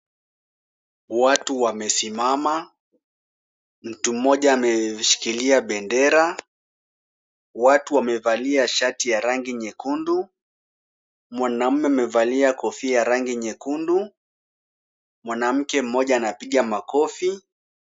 Watu wamesimama. Mtu mmoja ameshikilia bendera. Watu wamevalia shati ya rangi nyekundu. Mwanaume amevalia kofia ya rangi nyekundu. Mwanamke mmoja anapiga makofi.